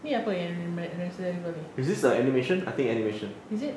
ini apa yang me~ resident evil ini is it